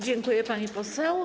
Dziękuję, pani poseł.